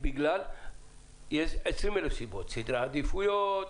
בגלל סדרי עדיפויות,